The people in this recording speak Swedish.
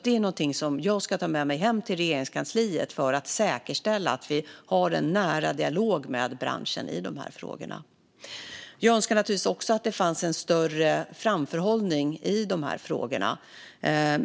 Det är något som jag ska ta med mig hem till Regeringskansliet för att säkerställa att vi har en nära dialog med branschen i dessa frågor. Jag önskar naturligtvis också att det fanns en större framförhållning i dessa frågor.